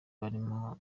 barimo